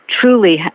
Truly